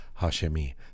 Hashemi